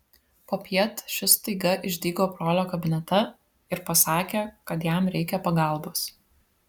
popiet šis staiga išdygo brolio kabinete ir pasakė kad jam reikia pagalbos